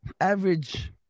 average